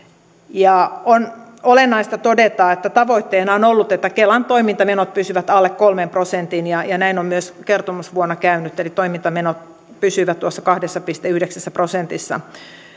on olennaista todeta että tavoitteena on ollut että kelan toimintamenot pysyvät alle kolmen prosentin ja ja näin on myös kertomusvuonna käynyt eli toimintamenot pysyivät tuossa kahdessa pilkku yhdeksässä prosentissa